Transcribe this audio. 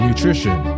Nutrition